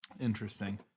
Interesting